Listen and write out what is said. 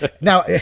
Now